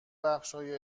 بخشهای